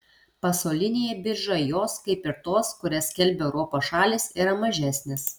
pasaulinėje biržoje jos kaip ir tos kurias skelbia europos šalys yra mažesnės